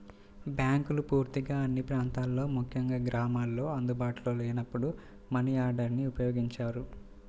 బ్యాంకులు పూర్తిగా అన్ని ప్రాంతాల్లో ముఖ్యంగా గ్రామాల్లో అందుబాటులో లేనప్పుడు మనియార్డర్ని ఉపయోగించారు